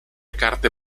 carte